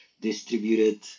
distributed